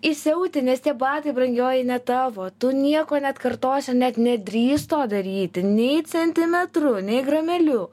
išsiauti nes tie batai brangioji ne tavo tu nieko neatkartosi ir net nedrįsk to daryti nei centimetru nei grameliu